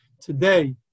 today